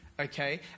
okay